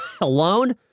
alone